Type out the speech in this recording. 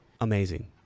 amazing